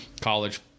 college